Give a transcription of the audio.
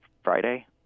Friday